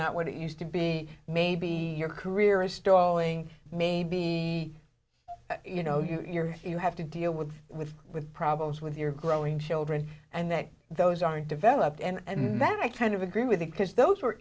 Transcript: not what it used to be maybe your career is stalling maybe you know you're if you have to deal with with with problems with your growing children and that those aren't developed and then i kind of agree with you because those were